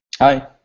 Hi